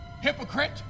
Hypocrite